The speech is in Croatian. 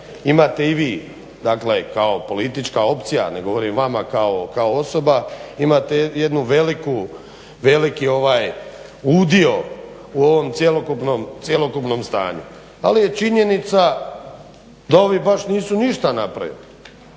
Imate i vi, dakle kao politička opcija, ne govorim vama kao osoba imate jedan veliki udio u ovom cjelokupnom stanju. Ali je činjenica da ovi nisu ništa napravili.